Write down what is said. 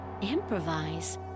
improvise